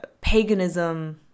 paganism